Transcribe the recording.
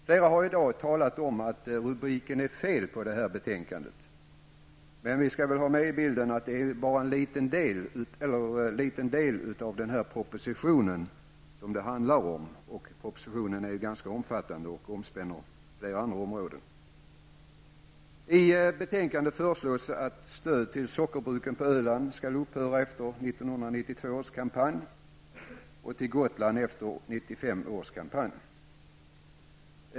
Flera talare har i dag menat att rubriken på detta betänkande är felaktig, men vi skall komma ihåg att betänkandet behandlar bara en liten del av en omfattande proposition, som går in på flera andra områden. I betänkandet föreslås att stödet till sockerbruket på Öland skall upphöra efter 1992 års betsäsong och att stödet till sockerbruket på Gotland skall upphöra efter 1995 års betsäsong.